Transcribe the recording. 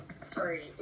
Sorry